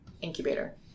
incubator